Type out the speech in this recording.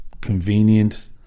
convenient